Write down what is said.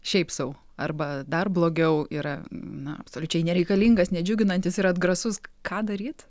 šiaip sau arba dar blogiau yra na absoliučiai nereikalingas nedžiuginantis ir atgrasus ką daryt